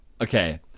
Okay